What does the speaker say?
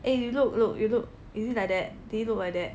eh you look look you look is it like that did it look like that